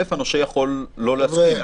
ראשית, הנושה יכול לא להסכים.